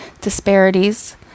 disparities